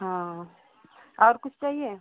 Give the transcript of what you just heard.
हाँ और कुछ चाहिए